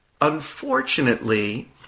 Unfortunately